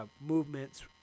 movements